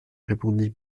répondit